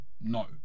no